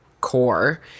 core